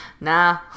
nah